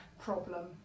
problem